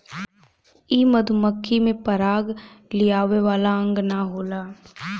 इ मधुमक्खी में पराग लियावे वाला अंग ना होला